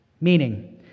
Meaning